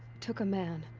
took a man.